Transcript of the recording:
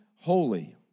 holy